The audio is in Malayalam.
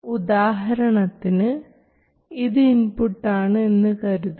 ഉദാഹരണത്തിന് ഇത് ഇൻപുട്ടാണ് എന്നു കരുതുക